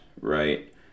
right